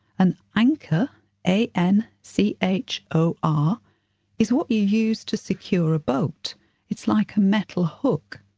an anchor a n c h o r is what you use to secure a boat it's like a metal hook.